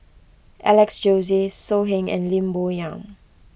Alex Josey So Heng and Lim Bo Yam